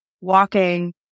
walking